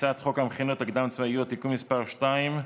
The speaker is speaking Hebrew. חוק המכינות הקדם-צבאיות (תיקון מס' 2)